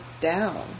down